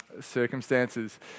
circumstances